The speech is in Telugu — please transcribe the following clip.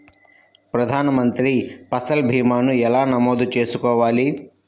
ప్రధాన మంత్రి పసల్ భీమాను ఎలా నమోదు చేసుకోవాలి?